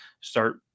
start